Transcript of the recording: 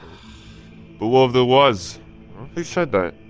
but what if there was who said that?